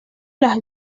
las